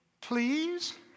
please